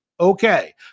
Okay